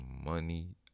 money